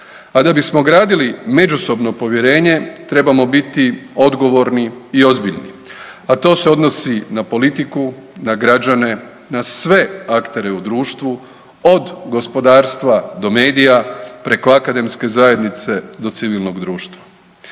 a da bismo gradili međusobno povjerenje, trebamo biti odgovorni i ozbiljni, a to se odnosi na politiku, na građane, na sve aktere u društvu, od gospodarstva do medija, preko akademske zajednice do civilnog društva.